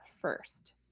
first